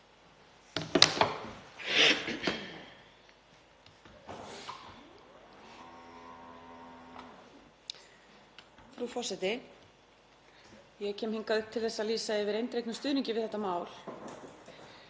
Frú forseti. Ég kem hingað upp til að lýsa yfir eindregnum stuðningi við þetta mál.